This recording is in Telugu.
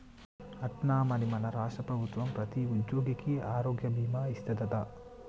అట్నా మరి మన రాష్ట్ర ప్రభుత్వం ప్రతి ఉద్యోగికి ఆరోగ్య భీమా ఇస్తాదట